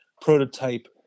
prototype